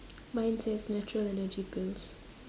mine says natural energy pills